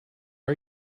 are